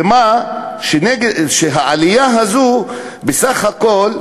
ומה העלייה הזאת בסך הכול?